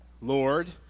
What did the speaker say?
Lord